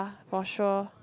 for sure